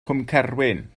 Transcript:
cwmcerwyn